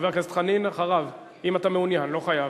חבר הכנסת חנין אחריו, אם אתה מעוניין, לא חייב.